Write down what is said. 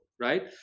right